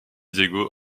diego